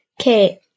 okay